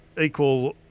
equal